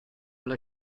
alla